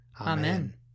Amen